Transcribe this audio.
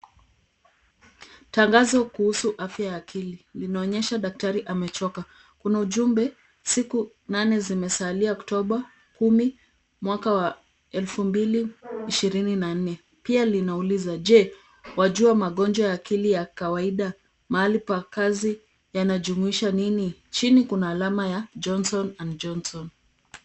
Tangazo kuhusu afya ya akili, linaonyesha daktari amechoka. Kuna ujumbe siku nane zimesalia Oktoba kumi, mwaka wa elfu mbili ishirini na nne. Pia linauliza, je wajua magonjwa ya akili ya kawaida, mahali pa kazi yanajumuisha nini? Chini kuna alama ya Johson and Johson.